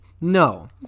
No